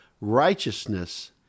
righteousness